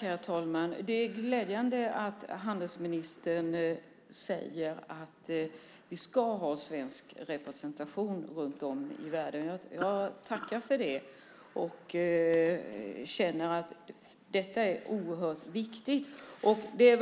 Herr talman! Det är glädjande att handelsministern säger att vi ska ha svensk representation runt om i världen. Jag tackar för det, och jag känner att detta är oerhört viktigt. Vi